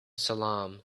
salem